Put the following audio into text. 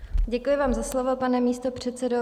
Děkuji vám za slovo, pane místopředsedo.